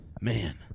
Man